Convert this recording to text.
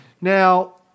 Now